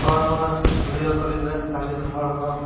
ᱦᱚᱲ ᱦᱚᱸ video calling ᱨᱮᱱ ᱥᱟᱺᱜᱤᱧ ᱨᱮᱱ ᱦᱚᱲ ᱦᱚᱸ